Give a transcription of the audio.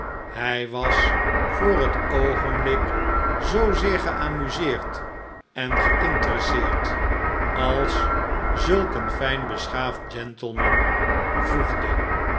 hij was voor het oogenblik zoozeer geamuseerd en gelnteresseerd als zulkeen fijn beschaafd gentleman voegde